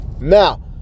Now